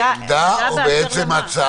זאת עמדה או בעצם הצעה?